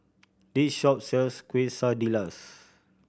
this shop sells Quesadillas